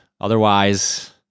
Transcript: Otherwise